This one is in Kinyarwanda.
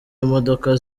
imodoka